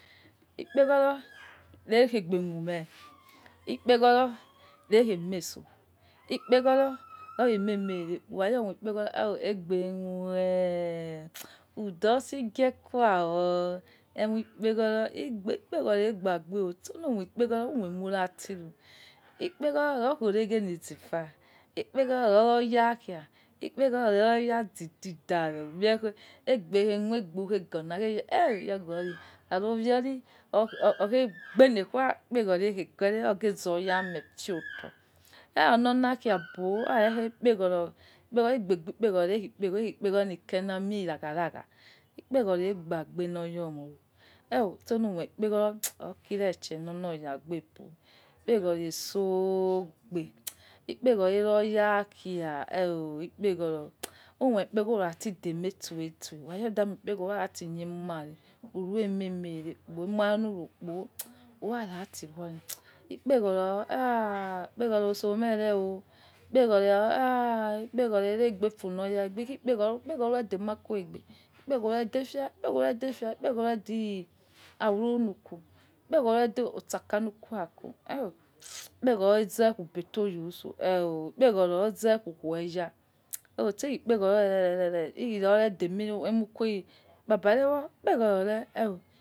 Ikpeghoro rekhiegbe khume. Ikpeghoro rekhe me so, ikpeghoro rekhe enieme rere kpo. Ukha moi kpeghoro egbe khue ujust gwekua wo, ikpeghoro gbabe suilu moi lkpeghoro umie nurati ikpeghoro rokho reghe in ze eva, ikpeghoro loso oya khai, ikpeghoro loro oya, zidi dawel, umehi egbe ghe khor egbe ghe golo abumio ci oghe gbe le khua ikpeghoro ghegue re oghie zoya me phioto, iya yo ko na khair bo ikpeghoro egbebi ikpeghoro owa kiri ikpeghoro hamie ya khagha loyo more. Suilu mosi ikpeghoro or kici she lo loya gbe ikpeghoro so, ikpeghoro aino yakha, ukpo peghoro umati demi susu, ukha de moi kperogho lra rati khue mare ure meme rakpo ema ye hia ukpo ura rati lura, ikpeghoro ikpeghoro osome ikpeghoro airegbe fu oloyare, ikpeghoro lure de makhuegbe. Ikpeghoro lure da wuru luku, ikpeghoro lure dọ osa lukhu aku. Ikpeghoro ozi ugbe toyu seh, ikpeghoro oze ukhue ya se hi ikpeghoro rere, lukure demi lukui ipaba, ewo ikpeghoro re.